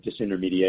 disintermediation